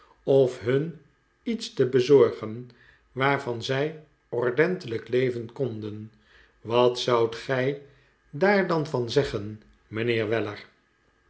of hun iets te bezorgen waarvan zij ordentelijk leven konden wat zoudt gij daar dan van zeggen mijnheer weller